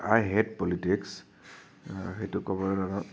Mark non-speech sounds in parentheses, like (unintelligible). আই hate politics সেইটো ক'ব (unintelligible)